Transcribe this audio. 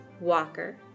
Walker